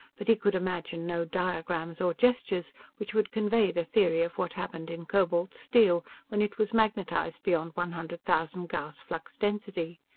but he could imagine no diagrams or gestures which would convey the theory of what happened in cobalt-steel when it was magnetized beyond one hundred thousand gauss' flux-density.